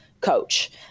coach